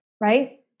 right